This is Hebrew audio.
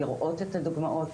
לראות את הדוגמאות,